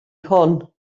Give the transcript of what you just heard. hwn